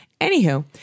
Anywho